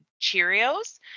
Cheerios